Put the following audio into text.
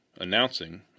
announcing